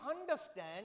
understand